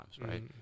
right